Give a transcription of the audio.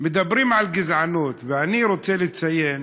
מדברים על גזענות, ואני רוצה לציין